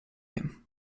him